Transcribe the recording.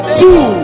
two